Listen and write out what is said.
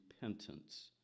repentance